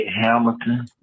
Hamilton